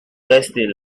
rester